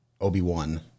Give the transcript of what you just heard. Obi-Wan